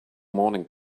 morning